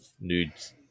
nudes